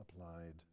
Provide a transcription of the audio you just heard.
applied